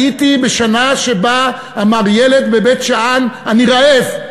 הייתי בשנה שבה אמר ילד בבית-שאן: אני רעב.